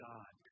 God